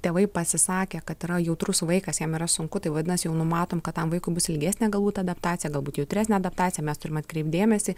tėvai pasisakė kad yra jautrus vaikas jam yra sunku tai vadinas jau numatom kad tam vaikui bus ilgesnė galbūt adaptacija galbūt jautresnė adaptacija mes turim atkreipt dėmesį